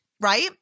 right